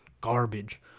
garbage